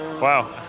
Wow